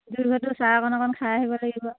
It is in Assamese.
দুয়োঘৰতো চাহ অকণ অকণ খাই আহিব লাগিব